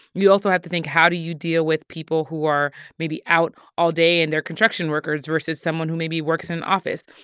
you also have to think how do you deal with people who are maybe out all day, and they're construction workers, versus someone who maybe works in an office.